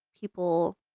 people